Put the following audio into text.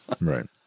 right